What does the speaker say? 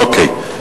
אוקיי.